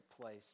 place